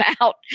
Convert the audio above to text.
out